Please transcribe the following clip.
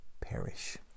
perish